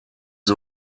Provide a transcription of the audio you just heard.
the